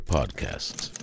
Podcasts